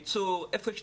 קודם כל, ברכותיי.